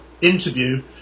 interview